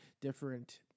different